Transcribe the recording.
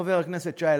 חבר הכנסת שי,